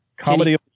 comedy